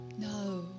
No